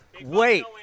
Wait